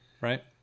Right